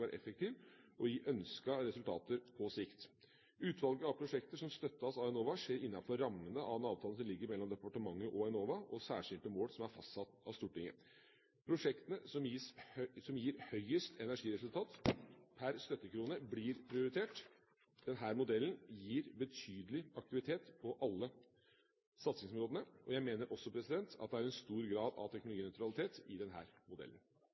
effektiv og gi ønskede resultater på sikt. Utvalget av prosjekter som støttes av Enova, skjer innenfor rammene av den avtalen som ligger mellom departementet og Enova, og særskilte mål som er fastsatt av Stortinget. Prosjektene som gir høyest energiresultat pr. støttekrone, blir prioritert. Denne modellen gir betydelig aktivitet på alle satsingsområdene. Jeg mener også at det er en stor grad av teknologinøytralitet i denne modellen.